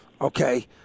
Okay